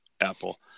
Apple